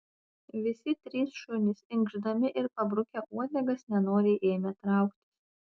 visi trys šunys inkšdami ir pabrukę uodegas nenoriai ėmė trauktis